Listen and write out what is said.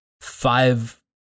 five